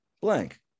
blank